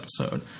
episode